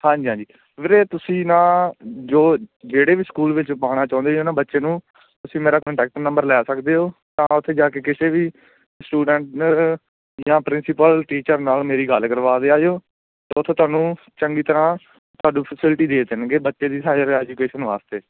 ਹਾਂਜੀ ਹਾਂਜੀ ਵੀਰੇ ਤੁਸੀਂ ਨਾ ਜੋ ਜਿਹੜੇ ਵੀ ਸਕੂਲ ਵਿੱਚ ਪਾਉਣਾ ਚਾਹੁੰਦੇ ਹੋ ਨਾ ਬੱਚੇ ਨੂੰ ਤੁਸੀਂ ਮੇਰਾ ਕੰਟੈਕਟ ਨੰਬਰ ਲੈ ਸਕਦੇ ਹੋ ਤਾਂ ਉੱਥੇ ਜਾ ਕੇ ਕਿਸੇ ਵੀ ਸਟੂਡੈਂਟ ਜਾਂ ਪ੍ਰਿੰਸੀਪਲ ਟੀਚਰ ਨਾਲ ਮੇਰੀ ਗੱਲ ਕਰਵਾ ਦਿਆ ਜਿਓ ਉੱਥੇ ਤੁਹਾਨੂੰ ਚੰਗੀ ਤਰ੍ਹਾਂ ਤੁਹਾਨੂੰ ਫੈਸਿਲਿਟੀ ਦੇ ਦੇਣਗੇ ਬੱਚੇ ਦੀ ਹਾਇਰ ਐਜੂਕੇਸ਼ਨ ਵਾਸਤੇ